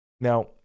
Now